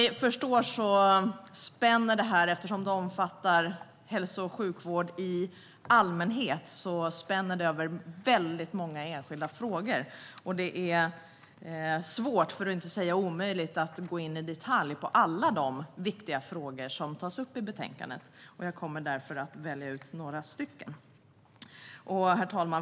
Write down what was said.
Eftersom betänkandet omfattar hälso och sjukvård i allmänhet spänner det över många enskilda frågor, och det är svårt, för att inte säga omöjligt, att i detalj gå in på alla de viktiga frågor som tas upp i betänkandet. Jag kommer därför att välja ut några stycken. Herr talman!